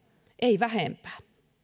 ei vähempää